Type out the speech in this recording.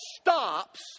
stops